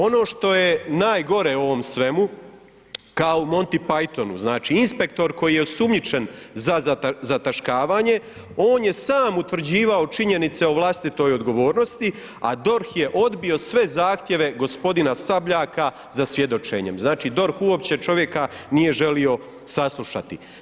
Ono što je najgore u ovom svemu kao u Monty Pythonu, znači inspektor koji je osumnjičen za zataškavanje, on je sam utvrđivao činjenice o vlastitoj odgovornosti, a DORH je odbio sve zahtjeve g. Sabljaka za svjedočenjem, znači DORH uopće čovjeka nije želio saslušati.